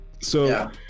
So-